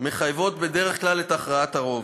מחייבות בדרך כלל את הכרעת הרוב,